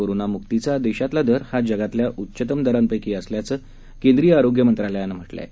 कोरोनामुक्तीचा देशातला दर हा जगातल्या उच्चत्म दरापैकी असल्याचं केंद्रीय आरोग्य मंत्रालयानं म्हा िं आहे